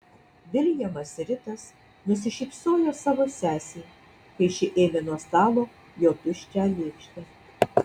viljamas ritas nusišypsojo savo sesei kai ši ėmė nuo stalo jo tuščią lėkštę